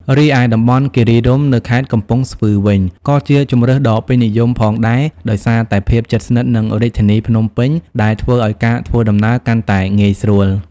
រីឯតំបន់គិរីរម្យ នៅខេត្តកំពង់ស្ពឺវិញ ក៏ជាជម្រើសដ៏ពេញនិយមផងដែរ ដោយសារតែភាពជិតស្និទ្ធនឹងរាជធានីភ្នំពេញ ដែលធ្វើឲ្យការធ្វើដំណើរកាន់តែងាយស្រួល។